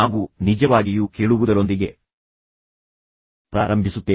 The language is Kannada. ನಾವು ನಿಜವಾಗಿಯೂ ಕೇಳುವುದರೊಂದಿಗೆ ಪ್ರಾರಂಭಿಸುತ್ತೇವೆ